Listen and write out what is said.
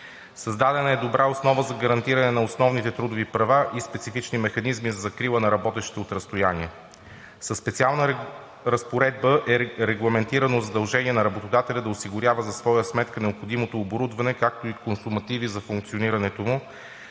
Създадена е добра основа за гарантиране на основните трудови права и специфични механизми за закрила на работещите от разстояние. Със специална разпоредба е регламентирано задължение на работодателя да осигурява за своя сметка необходимото оборудване, както и консумативи за функционирането му,